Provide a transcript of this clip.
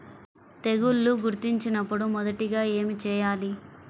తెగుళ్లు గుర్తించినపుడు మొదటిగా ఏమి చేయాలి?